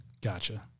Gotcha